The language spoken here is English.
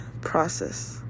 process